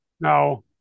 Now